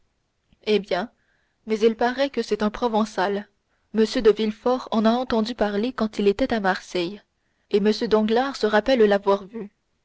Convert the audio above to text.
eh bien mais il paraît que c'est un provençal m de villefort en a entendu parler quand il était à marseille et m danglars se rappelle l'avoir vu